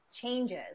changes